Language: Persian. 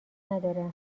نداره